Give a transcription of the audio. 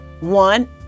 one